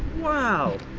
wow!